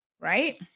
right